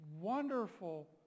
wonderful